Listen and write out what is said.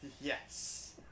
Yes